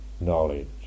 knowledge